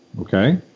Okay